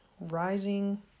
rising